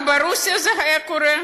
גם ברוסיה זה היה קורה?